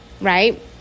right